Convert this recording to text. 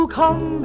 come